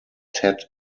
ted